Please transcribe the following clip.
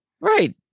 Right